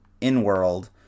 in-world